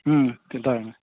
ᱫᱚᱦᱚᱭ ᱢᱮ